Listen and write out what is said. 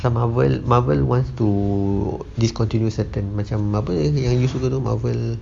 ah Marvel Marvel wants to discontinue certain macam apa yang you suka tu Marvel